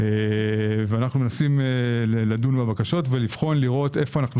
ואנו מנסים לדון בהן ולראות היכן אנו